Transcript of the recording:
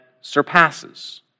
surpasses